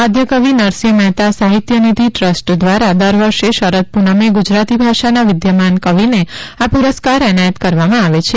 આદ્યકવિ Narsinh Mehta Sahitya Nidhi trust દ્વારા દર વર્ષે શરદ પૂનમે ગુજરાતી ભાષાના વિદ્યમાન કવિને આ પુરસ્કાર એનાયત કરવામાં આવે છે